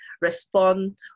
respond